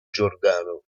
giordano